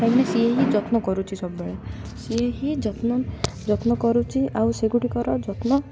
କାହିକିନା ସିଏ ହିଁ ଯତ୍ନ କରୁଛି ସବୁବେଳେ ସିଏ ହିଁ ଯତ୍ନ ଯତ୍ନ କରୁଛି ଆଉ ସେଗୁଡ଼ିକର ଯତ୍ନ